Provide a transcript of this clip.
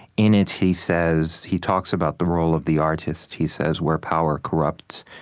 in it he says he talks about the role of the artist. he says, where power corrupts,